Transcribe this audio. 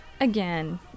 again